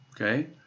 Okay